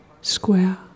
square